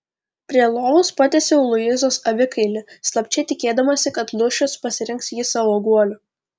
prie lovos patiesiau luizos avikailį slapčia tikėdamasi kad lūšius pasirinks jį savo guoliu